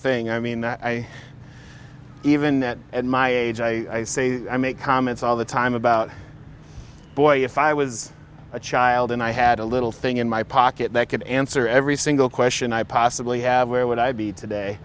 thing i mean that i even at my age i say i make comments all the time about boy if i was a child and i had a little thing in my pocket that could answer every single question i possibly have where would i be today